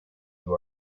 you